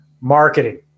marketing